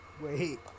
Wait